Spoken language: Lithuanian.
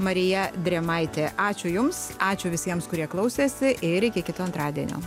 marija drėmaitė ačiū jums ačiū visiems kurie klausėsi ir iki kito antradienio